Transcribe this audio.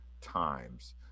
times